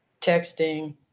texting